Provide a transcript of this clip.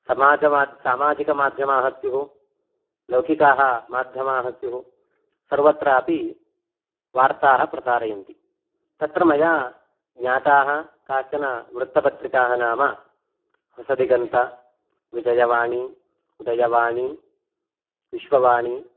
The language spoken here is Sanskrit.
समाजमाध्यमाः सामाजिकमाध्यमाः स्युः लौकिकाः माध्यमाः स्युः सर्वत्रापि वार्ताः प्रसारयन्ति तत्र मया ज्ञाताः काश्चन वृत्तपत्रिकाः नाम होसदिगन्त विजयवाणी उदयवाणी विश्ववाणी